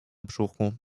brzuchu